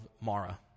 Mara